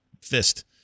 fist